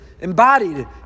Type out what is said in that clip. embodied